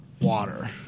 water